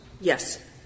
Yes